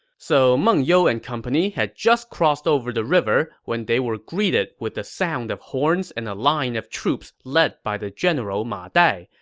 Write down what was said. so meng you and company had just crossed over the river when they were greeted with the sound of horns and a line of troops led by the general ma dai,